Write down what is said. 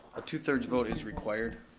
a two thirds vote is required.